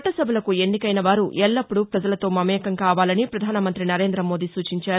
చట్టసభలకు ఎన్నికైనవారు ఎల్లప్పుడు ప్రజలతో మమేకం కావాలని పధాన మంతి నరేంద్ర మోదీ సూచించారు